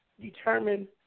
determine